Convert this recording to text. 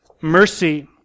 Mercy